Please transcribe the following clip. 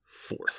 fourth